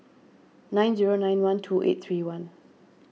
nine zero nine one two eight three one